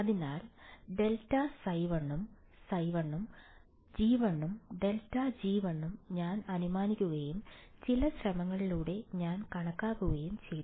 അതിനാൽ ∇ϕ1 ഉം ϕ1 ഉം g1 ഉം ∇g1 ഉം ഞാൻ അനുമാനിക്കുകയും ചില ശ്രമങ്ങളിലൂടെ ഞാൻ കണക്കാക്കുകയും ചെയ്തു